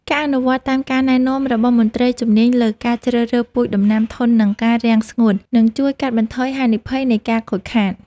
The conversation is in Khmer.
ការអនុវត្តតាមការណែនាំរបស់មន្ត្រីជំនាញលើការជ្រើសរើសពូជដំណាំធន់នឹងការរាំងស្ងួតនឹងជួយកាត់បន្ថយហានិភ័យនៃការខូចខាត។